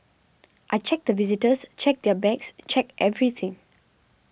I check the visitors check their bags check everything